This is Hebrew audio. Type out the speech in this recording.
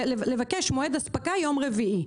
לבקש מועד אספקה יום רביעי.